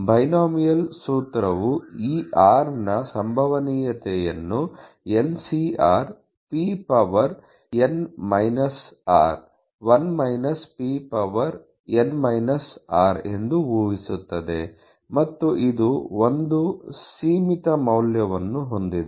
binomial ಸೂತ್ರವು ಈ r ನ ಸಂಭವನೀಯತೆಯನ್ನು nCr p power r power ಎಂದು ಊಹಿಸುತ್ತದೆ ಮತ್ತು ಇದು ಒಂದು ಸೀಮಿತ ಮೌಲ್ಯವನ್ನು ಹೊಂದಿದೆ